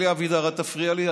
אלי אבידר, אל תפריע לי.